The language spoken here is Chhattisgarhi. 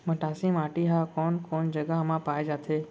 मटासी माटी हा कोन कोन जगह मा पाये जाथे?